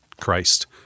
Christ